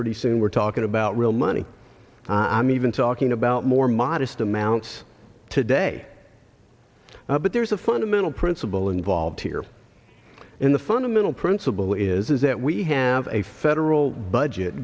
pretty soon we're talking about real money i'm even talking about more modest amounts today but there's a fundamental principle involved here in the fundamental principle is that we have a federal budget